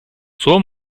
suo